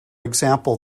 example